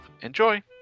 Enjoy